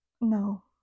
no